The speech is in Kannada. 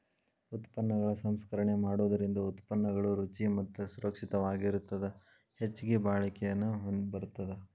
ಉತ್ಪನ್ನಗಳ ಸಂಸ್ಕರಣೆ ಮಾಡೋದರಿಂದ ಉತ್ಪನ್ನಗಳು ರುಚಿ ಮತ್ತ ಸುರಕ್ಷಿತವಾಗಿರತ್ತದ ಹೆಚ್ಚಗಿ ಬಾಳಿಕೆನು ಬರತ್ತದ